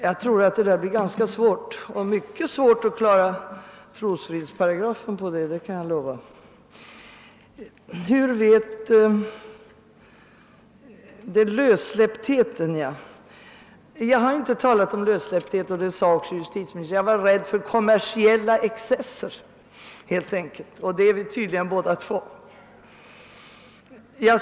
Jag tror att det där blir svårt att tillämpa. Att det blir mycket svårt att klara trosfridsparagrafen, det kan jag lova. Jag har inte talat om lössläppthet, det medgav också justitieministern. Jag sade att jag var rädd för kommersiella excesser, och det är vi tydligen båda två.